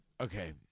okay